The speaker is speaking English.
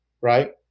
right